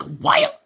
wild